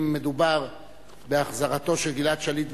אם מדובר בהחזרתו של גלעד שליט,